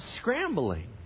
scrambling